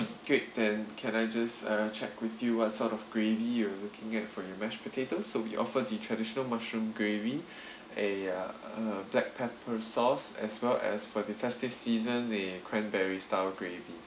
great then can I just uh check with you what sort of gravy you looking at for you mashed potato so we offer the traditional mushroom gravy a uh a black pepper sauce as well as for the festive season the cranberry style gravy